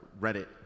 Reddit